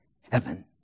heaven